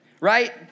right